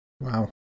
Wow